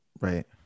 Right